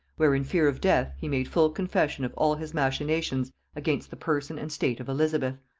where, in fear of death, he made full confession of all his machinations against the person and state of elizabeth.